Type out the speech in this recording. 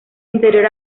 interior